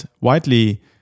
widely